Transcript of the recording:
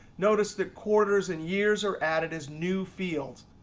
notice that quarters and years are added as new fields.